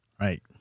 Right